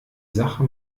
sache